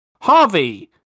Harvey